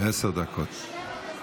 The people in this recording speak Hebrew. עשר דקות, בבקשה.